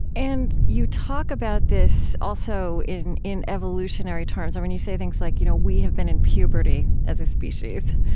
and you talk about this also in in evolutionary terms. i mean, you say things like, you know, we have been in puberty as a species,